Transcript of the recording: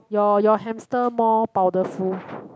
your your hamster more powderful